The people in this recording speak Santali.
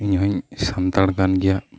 ᱤᱧ ᱦᱚᱧ ᱥᱟᱱᱛᱟᱲ ᱠᱟᱱ ᱜᱮᱭᱟ